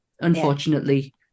Unfortunately